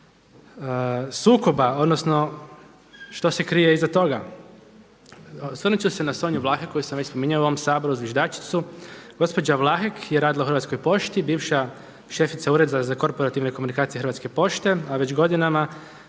sukoba odnosno što se krije iza toga. Osvrnut ću se na Sonju Vlahek koju sam već spominjao u ovom Saboru zviždačicu, gospođa Vlahek je radila u Hrvatskoj pošti bivša šefica Ureda za korporativne komunikacije Hrvatske pošte, a već godinama